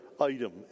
item